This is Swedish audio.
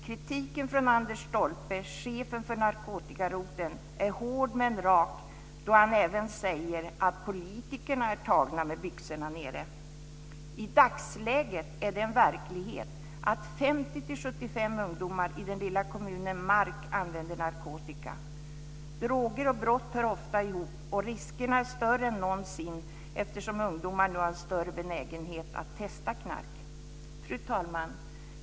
Kritiken från Anders Stolpe, chefen för narkotikaroteln, är hård men rak då han även säger: "Politikerna är tagna med byxorna nere." I dagsläget är det en verklighet att 50-75 ungdomar i den lilla kommunen Mark använder narkotika. Droger och brott hör ofta ihop, och riskerna är större än någonsin, eftersom ungdomar nu har en större benägenhet att testa knark. Fru talman!